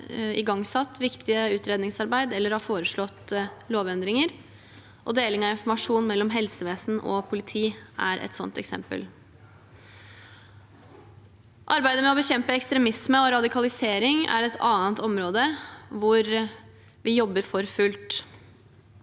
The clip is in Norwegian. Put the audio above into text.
igangsatt viktig utredningsarbeid eller har foreslått lovendringer. Deling av informasjon mellom helsevesen og politi er et slikt eksempel. Arbeidet med å bekjempe ekstremisme og radikalisering er et annet område hvor vi jobber for fullt.